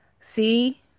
see